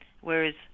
Whereas